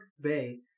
Bay